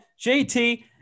JT